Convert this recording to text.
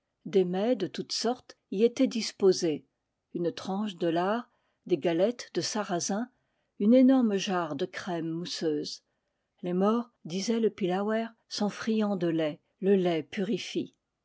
des mets de toute sorte y étaient disposés une tranche de lard des galettes de sarrasin une énorme j arre de crème mousseuse les morts disait le pillawer sont friands de lait le lait purifie